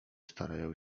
starają